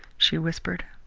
she whispered.